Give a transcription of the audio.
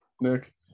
nick